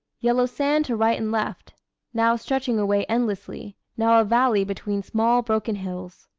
yellow sand to right and left now stretching away endlessly, now a valley between small broken hills.